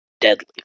deadly